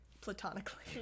Platonically